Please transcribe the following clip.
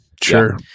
sure